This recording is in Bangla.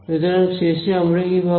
সুতরাং শেষে আমরা কি পাবো